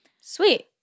Sweet